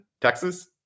Texas